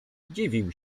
dziwił